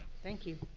thank you!